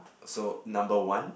so number one